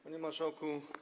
Panie Marszałku!